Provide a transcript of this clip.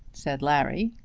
said larry.